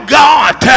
god